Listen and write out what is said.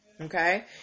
Okay